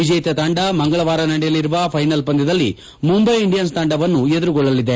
ವಿಜೇತ ತಂಡ ಮಂಗಳವಾರ ನಡೆಯಲಿರುವ ಫೈನಲ್ ಪಂದ್ಯದಲ್ಲಿ ಮುಂಬೈ ಇಂಡಿಯನ್ಸ್ ತಂಡವನ್ನು ಎದುರುಗೊಳ್ಳಲಿದೆ